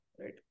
right